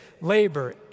Labor